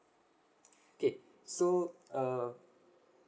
okay so err